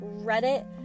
Reddit